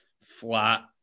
flat